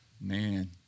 Man